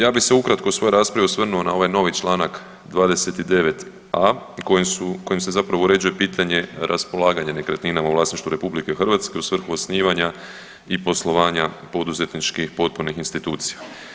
Ja bih se ukratko u svojoj raspravi osvrnuo na ovaj novi čl. 29a kojim se zapravo uređuje pitanje raspolaganja nekretnina u vlasništvu RH u svrhu osnivanja i poslovanja poduzetničkih potpornih institucija.